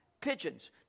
pigeons